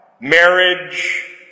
marriage